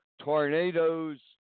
tornadoes